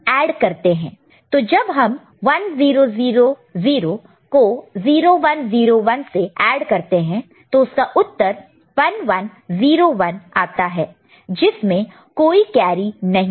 तो जब हम 1000 को 0101 से ऐड करते हैं तो उसका उत्तर 1101 आता है जिसमें कोई कैरी नहीं है